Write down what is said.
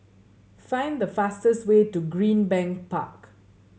find the fastest way to Greenbank Park